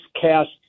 cast